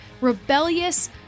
rebellious